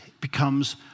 becomes